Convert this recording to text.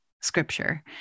scripture